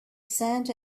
sand